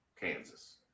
Kansas